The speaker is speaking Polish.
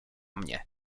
mnie